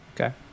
Okay